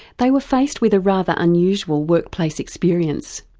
they were faced with a rather unusual workplace experience.